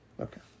Okay